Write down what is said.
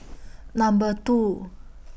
Number two